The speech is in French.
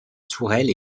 tourelle